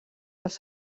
als